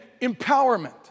empowerment